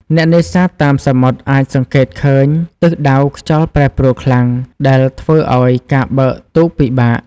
អ្នកនេសាទតាមសមុទ្រអាចសង្កេតឃើញទិសដៅខ្យល់ប្រែប្រួលខ្លាំង ដែលធ្វើឱ្យការបើកទូកពិបាក។